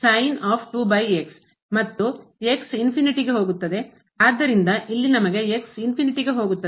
ಆದ್ದರಿಂದ ಇಲ್ಲಿ ನಮಗೆ ಹೋಗುತ್ತದೆ ಮತ್ತು ಆದ್ದರಿಂದ ವು 0 ಗೆ ಹೋಗುತ್ತದೆ